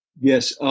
Yes